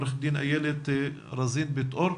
עורכת דין איילת רזין בית אור,